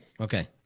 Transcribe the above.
Okay